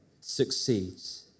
succeeds